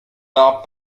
l’arbre